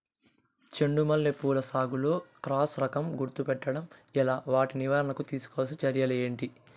చెండు మల్లి పూల సాగులో క్రాస్ రకం గుర్తుపట్టడం ఎలా? వాటి నివారణకు తీసుకోవాల్సిన చర్యలు ఏంటి?